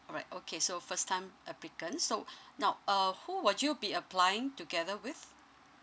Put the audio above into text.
all right okay so first time applicant so now uh who would you be applying together with